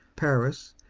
paris,